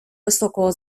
високого